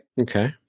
Okay